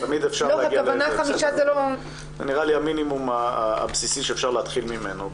תמיד אפשר להגיע --- זה נראה לי המינימום הבסיסי שאפשר להתחיל ממנו,